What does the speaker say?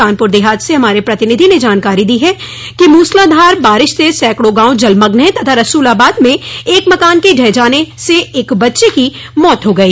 कानपुर देहात से हमारे प्रतिनिधि ने जानकारी दी है कि मूसलाधार बारिश से सैकड़ों गांव जलमग्न है तथा रसूलाबाद में एक मकान के डह जाने एक बच्चे की मौत हो गई